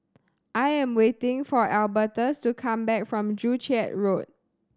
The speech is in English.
I am waiting for Albertus to come back from Joo Chiat Road